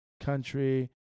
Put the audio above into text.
country